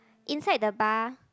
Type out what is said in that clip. inside the bar